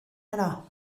heno